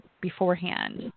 beforehand